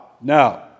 Now